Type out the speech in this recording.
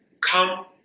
Come